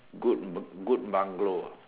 good good bungalow